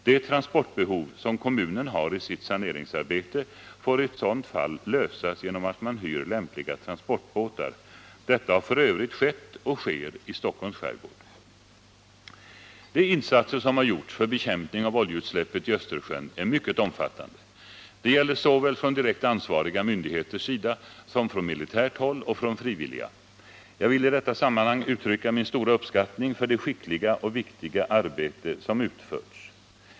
Det transportbehov som kommunen har i sitt saneringsarbete får i ett sådant fall lösas genom att man hyr lämpliga transportbåtar. Detta har f. ö. skett och sker i Stockholms skärgård. De insatser som har gjorts för bekämpning av oljeutsläppet i Östersjön är mycket omfattande. Det gäller såväl från direkt ansvariga myndigheters sida som från militärt håll och från frivilliga. Jag vill i detta sammanhang uttrycka min stora uppskattning för det skickliga och viktiga arbete som utförs.